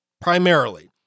primarily